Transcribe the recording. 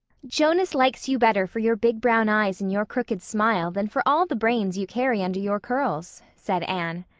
jonas likes you better for your big brown eyes and your crooked smile than for all the brains you carry under your curls, said anne.